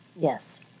Yes